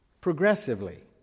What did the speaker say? progressively